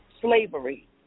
slavery